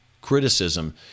criticism